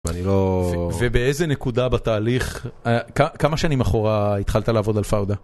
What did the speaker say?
ואני לא...ובאיזה נקודה בתהליך, כמה שנים אחורה התחלת לעבוד על פאודה?